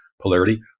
polarity